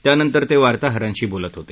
त्यानंतर ते वार्ताहरांशी बोलत होते